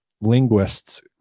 linguists